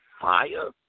fire